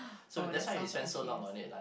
oh that sounds like James